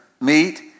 meat